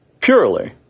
purely